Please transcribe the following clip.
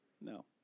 No